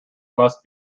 must